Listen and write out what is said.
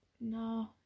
No